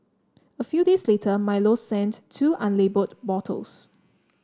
a few days later Milo sent two unlabelled bottles